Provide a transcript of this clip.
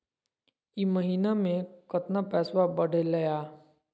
ई महीना मे कतना पैसवा बढ़लेया?